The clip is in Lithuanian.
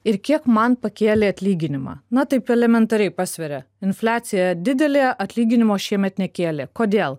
ir kiek man pakėlė atlyginimą na taip elementariai pasveria infliacija didelė atlyginimo šiemet nekėlė kodėl